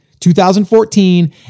2014